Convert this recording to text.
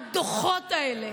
הדוחות האלה